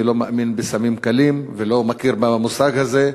אני לא מאמין בסמים קלים ולא מכיר במושג הזה.